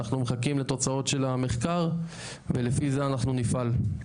אנחנו מחכים לתוצאות של המחקר ולפי זה אנחנו נפעל.